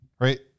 Right